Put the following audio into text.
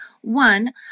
One